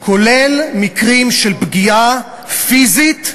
כולל מקרים של פגיעה פיזית,